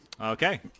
Okay